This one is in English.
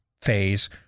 phase